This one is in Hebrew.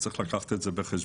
צריך לקחת את זה בחשבון.